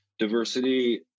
diversity